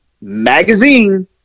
Magazine